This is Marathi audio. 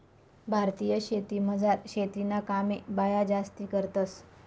भारतीय शेतीमझार शेतीना कामे बाया जास्ती करतंस